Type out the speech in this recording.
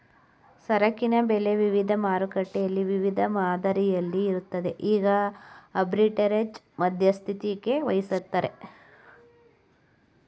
ಸರಕಿನ ಬೆಲೆ ವಿವಿಧ ಮಾರುಕಟ್ಟೆಯಲ್ಲಿ ವಿವಿಧ ಮಾದರಿಯಲ್ಲಿ ಇರುತ್ತದೆ ಈಗ ಆರ್ಬಿಟ್ರೆರೇಜ್ ಮಧ್ಯಸ್ಥಿಕೆವಹಿಸತ್ತರೆ